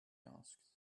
asked